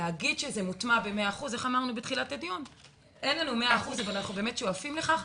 זה לא מוטמע במאה אחוז, אבל אנחנו שואפים לכך.